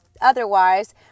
otherwise